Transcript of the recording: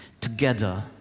together